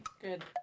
Good